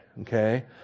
okay